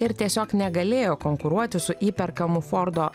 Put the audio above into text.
ir tiesiog negalėjo konkuruoti su įperkamu fordo